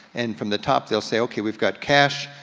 and from the top they'll say, okay we've got cash,